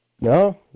No